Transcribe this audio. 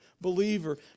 believer